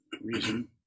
reason